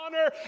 honor